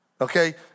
okay